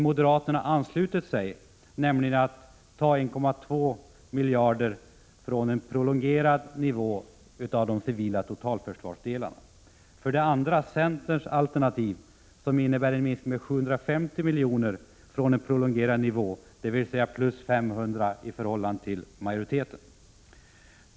Centerns alternativ, som innebär en minskning med 750 miljoner från en prolongerad nivå, dvs. plus 500 miljoner i förhållande till majoritetens förslag.